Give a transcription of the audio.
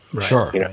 Sure